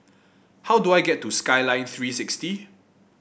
how do I get to Skyline Three sixty